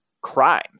crime